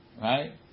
right